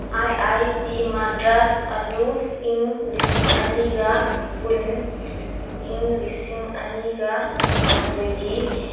I I T Madras ꯑꯗꯨ ꯏꯪ ꯂꯤꯁꯤꯡ ꯑꯅꯤꯒ ꯀꯨꯟ ꯏꯪ ꯂꯤꯁꯤꯡ ꯑꯅꯤꯒ ꯀꯨꯟꯃꯥꯊꯣꯏꯒꯤ